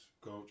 Coach